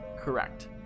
Correct